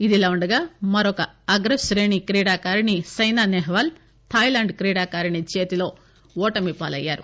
ఇదిలా ఉండగా మరో అగ్రక్రేణి క్రీడాకారిణి సైనా నెహ్యాల్ థాయిలాండ్ క్రీడాకారిణి చేతిలో ఓటమి పాలయ్యారు